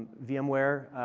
vim ware.